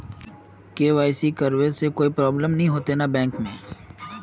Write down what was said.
KYC करबे से कोई प्रॉब्लम नय होते न बैंक में?